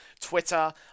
Twitter